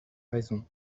raison